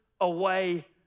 away